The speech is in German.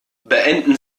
beenden